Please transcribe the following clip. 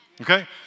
Okay